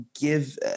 give